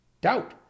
doubt